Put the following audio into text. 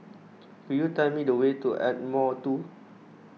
could you tell me the way to Ardmore two